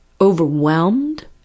overwhelmed